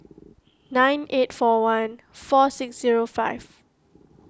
nine eight four one four six zero five